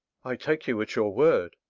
i take you at your word.